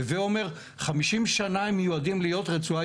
הווה אומר 50 שנה הם מיועדים להיות רצועה